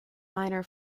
minor